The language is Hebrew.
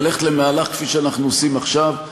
יהיה ללכת למהלך, כפי שאנחנו עושים עכשיו,